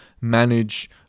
manage